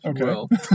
Okay